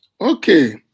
Okay